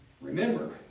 Remember